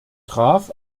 traf